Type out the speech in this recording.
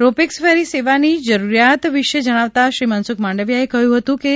row pax ferry સેવાની જરુરીયાત વિષે જણાવતા શ્રી મનસુખ માંડવિયાએ કહ્યું હતું કે